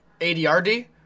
ADRD